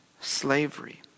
slavery